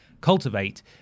cultivate